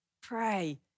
pray